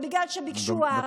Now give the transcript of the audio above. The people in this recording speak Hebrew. ובגלל שביקשו הארכה,